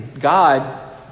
God